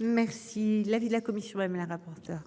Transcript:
Merci. L'avis de la commission, même la rapporteure.